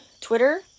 Twitter